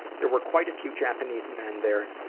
there were quite a few japanese men there,